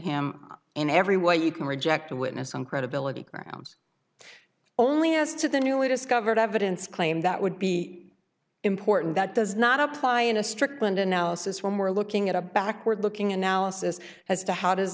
him in every way you can reject a witness on credibility grounds only as to the newly discovered evidence claim that would be important that does not apply in a strickland analysis when we're looking at a backward looking analysis as to how does